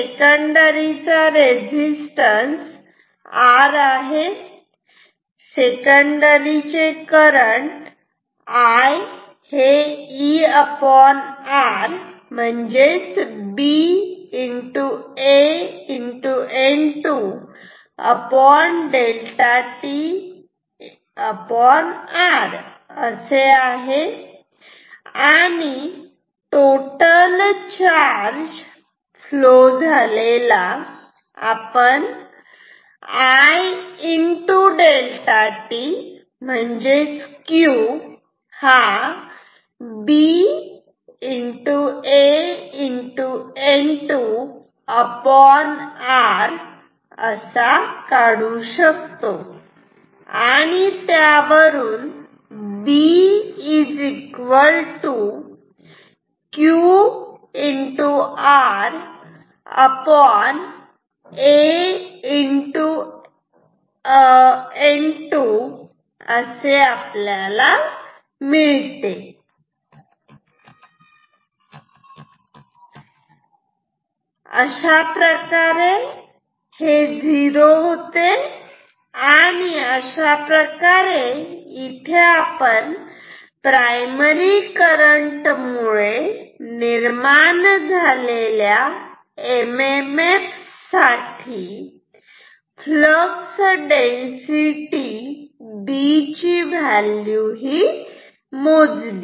secondary चा resistance Resistance of secondary R secondary करंटSecondary current I ER BAN2 ∆t R total charge flown Total charge flown in ∆tI ∆tBAN2 R Q B QRA N2 अशाप्रकारे हे zero होते आणि अशाप्रकारे इथे आपण primary current मुळे निर्माण झालेल्या एम एम एफ साठी फ्लक्स डेन्सिटी B ची व्हॅल्यू मोजली